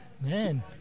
man